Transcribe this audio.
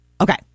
Okay